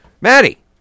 Maddie